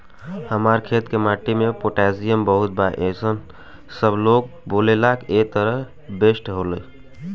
हमार खेत के माटी मे पोटासियम बहुत बा ऐसन सबलोग बोलेला त एकर टेस्ट कैसे होई?